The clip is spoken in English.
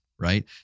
right